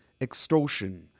extortion